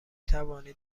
توانید